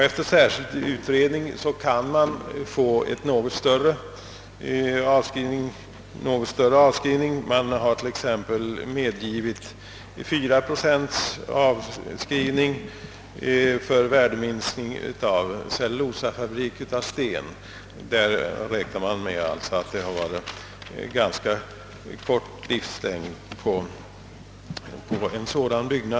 Efter särskild utredning kan man få göra något större avskrivning; det har t.ex. medgivits 4 procents avskrivning för värdeminskning på cellulosafabrik av sten, för vilken byggnadstyp man alltså räknar med en ganska kort livslängd.